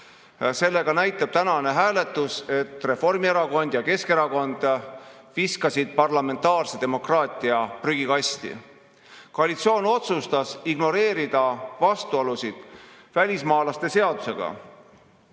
Sellega näitab tänane hääletus, et Reformierakond ja Keskerakond viskasid parlamentaarse demokraatia prügikasti. Koalitsioon otsustas ignoreerida vastuolusid välismaalaste seadusega,